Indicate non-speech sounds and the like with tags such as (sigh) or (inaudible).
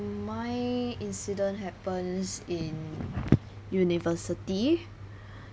my incident happens in (noise) university